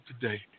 today